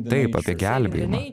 taip apie gelbėjimą